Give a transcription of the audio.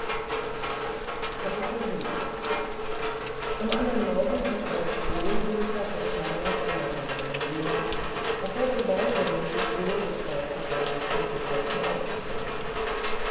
am andern morgen in aller frühe hielt herr von scharneck rat mit seinem diener auf welche weise nun die spur des geisterbanners am sichersten aufzufinden